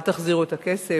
אל תחזירו את הכסף,